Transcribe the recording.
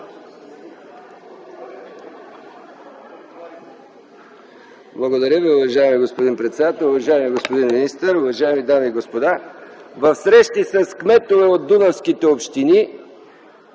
Благодаря Ви, уважаеми господин председател. Уважаеми господин министър, уважаеми дами и господа! В срещи с кметове от дунавските общини